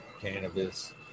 cannabis